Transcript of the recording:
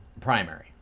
primary